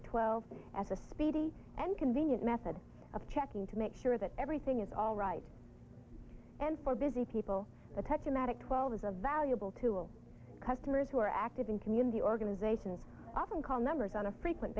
a speedy and convenient method of checking to make sure that everything is all right and for busy people the techie matic twelve is a valuable tool customers who are active in community organizations often call members on a frequent